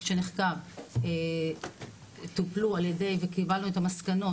שנחקר - טופלו וקיבלנו את המסקנות,